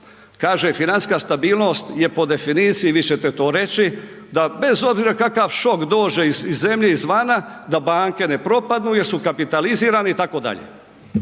kaže financijska stabilnost je po definiciji, vi ćete to reći, da bez obzira kakav šok dođe iz zemlje, izvana da banke ne propadnu jer su kapitalizirani itd., ali